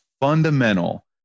fundamental